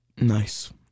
Nice